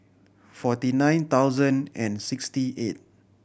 forty nine thousand and sixty eight